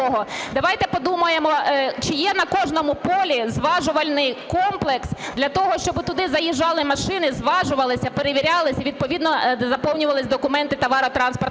давайте подумаємо чи є на кожному полі зважувальний комплекс для того, щоб туди заїжджали машини, зважувалися, перевірялися і відповідно заповнювались документи товарно-транспортних